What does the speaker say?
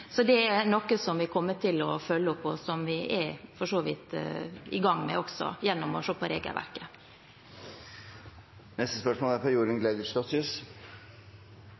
Det er noe som vi kommer til å følge opp, og som vi for så vidt er i gang med også, gjennom å se på regelverket.